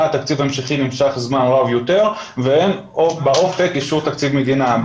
התקציב ההמשכי נמשך זמן רב יותר ואין באופק אישור תקציב מדינה.